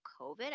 COVID